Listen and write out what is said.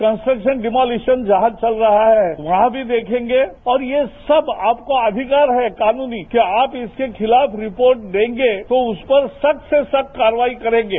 construction demolition जहां चल रहा है वहां भी देखेंगे और ये सब आपका अधिकार है कानूनी कि आप इसके खिलाफ रिपोर्ट देंगे तो उस पर सख्त से सख्त कार्रवाई करेंगे